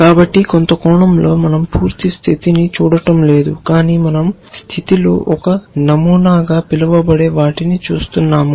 కాబట్టి కొంత కోణంలో మనం పూర్తి స్థితిని చూడటం లేదు కాని మనం స్టేట్ లో ఒక నమూనాగా పిలువబడే వాటిని చూస్తున్నాము